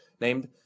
named